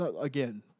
again